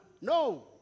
No